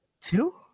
Two